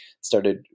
started